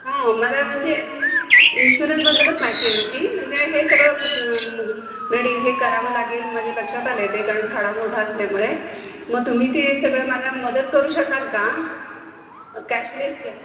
हां मला म्हणजे इन्शुरन्सबद्दलच माहिती हवी होती म्हणजे हे सगळं मेडि हे करावं लागेल माझ्या लक्षात आलं आहे ते कारण खडा मोठा असल्यामुळे मग तुम्ही ते सगळं मला मदत करू शकाल का कॅशलेस